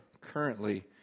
currently